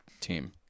team